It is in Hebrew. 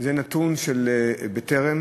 זה נתון של "בטרם".